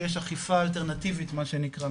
שיש אכיפה אלטרנטיבית מה שנקרא,